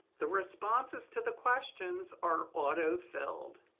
the responses to the questions are auto-filled.